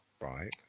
Right